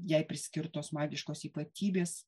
jai priskirtos magiškos ypatybės